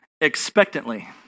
expectantly